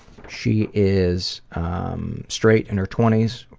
she is um straight in her twenty s.